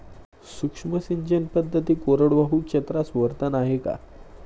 सूक्ष्म सिंचन पद्धती कोरडवाहू क्षेत्रास वरदान आहे का?